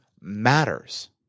matters